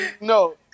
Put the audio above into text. No